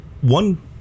one